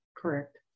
Correct